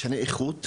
משנה איכות.